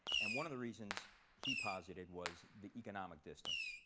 and one of the reasons he posited was the economic distance.